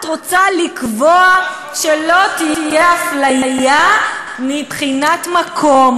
את רוצה לקבוע שלא תהיה אפליה מבחינת מקום.